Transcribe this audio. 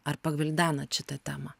ar pagvildenat šitą temą